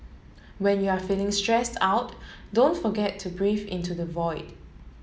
when you are feeling stressed out don't forget to breathe into the void